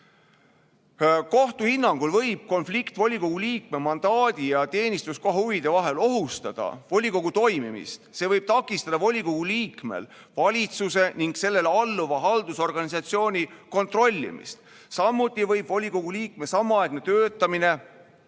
Kohtu hinnangul võib konflikt volikogu liikme mandaadi ja teenistuskoha huvide vahel ohustada volikogu toimimist. See võib takistada volikogu liikmel valitsuse ning sellele alluva haldusorganisatsiooni kontrollimist. Samuti võib volikogu liikme samaaegne töötamine